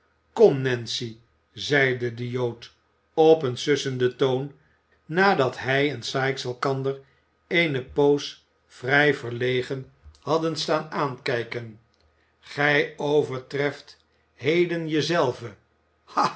kom nancy zeide de jood op een sussenden toon nadat hij en sikes elkander eene poos vrij verlegen hadden staan aankijken gij overtreft heden